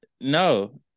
No